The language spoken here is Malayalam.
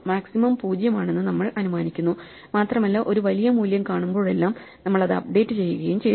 മാക്സിമം പൂജ്യമാണെന്ന് നമ്മൾ അനുമാനിക്കുന്നു മാത്രമല്ല ഒരു വലിയ മൂല്യം കാണുമ്പോഴെല്ലാം നമ്മൾ അത് അപ്ഡേറ്റുചെയ്യുകയും ചെയ്തു